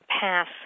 pass